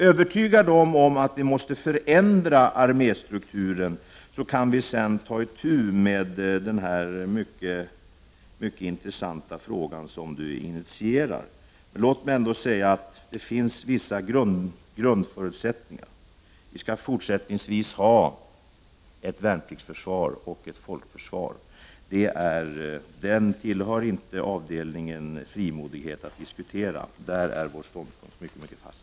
Övertyga dem om att vi måste förändra arméstrukturen så att vi därefter kan ta itu med den mycket intressanta fråga som Carl-Johan Wilson initierar. Det finns vissa grundförutsättningar för det. Vi skall även i fortsättningen har ett värnpliktsförsvar och ett folkförsvar. På det området för vi ingen frimodig diskussion, utan där är vår ståndpunkt mycket fast.